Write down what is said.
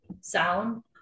sound